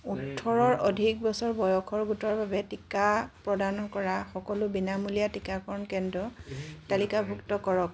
ওঠৰৰ অধিক বছৰ বয়সৰ গোটৰ বাবে টীকা প্ৰদান কৰা সকলো বিনামূলীয়া টীকাকৰণ কেন্দ্ৰ তালিকাভুক্ত কৰক